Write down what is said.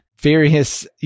various